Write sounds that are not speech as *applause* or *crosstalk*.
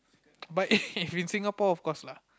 but *laughs* if in Singapore of course lah